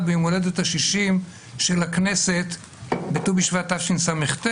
ביום הולדת ה-60 של הכנסת בט"ו בשבט תשס"ט,